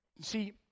See